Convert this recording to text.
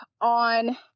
on